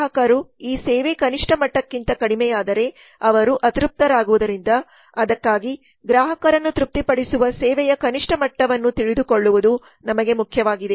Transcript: ಗ್ರಾಹಕರು ಈ ಸೇವೆ ಕನಿಷ್ಠ ಮಟ್ಟಕ್ಕಿಂತ ಕಡಿಮೆಯಾದರೆ ಅವರು ಅತೃಪ್ತರಾಗುವುದರಿಂದ ಅದಕ್ಕಾಗಿ ಗ್ರಾಹಕರನ್ನು ತೃಪ್ತಿಪಡಿಸುವ ಸೇವೆಯ ಕನಿಷ್ಠ ಮಟ್ಟವನ್ನು ತಿಳಿದುಕೊಳ್ಳುವುದು ನಮಗೆ ಮುಖ್ಯವಾಗಿದೆ